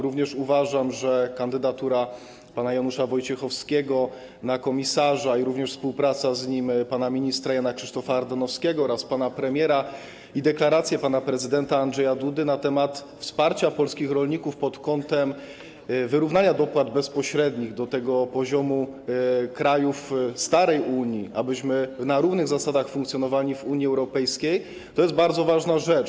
Również uważam, że kandydatura pana Janusza Wojciechowskiego na komisarza, a także współpraca z nim pana ministra Jana Krzysztofa Ardanowskiego oraz pana premiera i deklaracje pana prezydenta Andrzeja Dudy na temat wsparcia polskich rolników pod kątem wyrównania dopłat bezpośrednich do poziomu krajów starej Unii, abyśmy na równych zasadach funkcjonowali w Unii Europejskiej, to są bardzo ważne rzeczy.